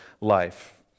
life